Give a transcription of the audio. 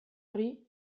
hori